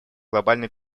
глобальной